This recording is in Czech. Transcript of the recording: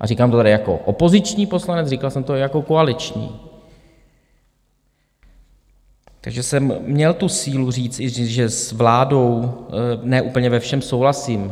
a říkám to tady jako opoziční poslanec, říkal jsem to i jako koaliční, takže jsem měl tu sílu říct, že s vládou ne úplně ve všem souhlasím.